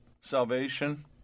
Salvation